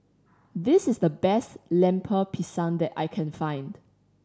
this is the best Lemper Pisang that I can find